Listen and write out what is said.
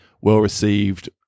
well-received